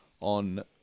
on